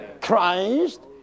Christ